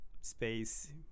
space